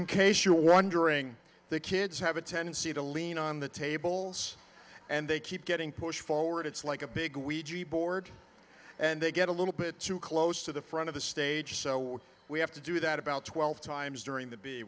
in case you're wondering the kids have a tendency to lean on the tables and they keep getting pushed forward it's like a big board and they get a little bit too close to the front of the stage so we have to do that about twelve times during the be